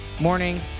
morning